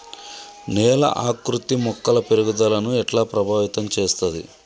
నేల ఆకృతి మొక్కల పెరుగుదలను ఎట్లా ప్రభావితం చేస్తది?